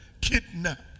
kidnapped